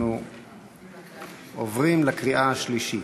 אנחנו עוברים לקריאה השלישית.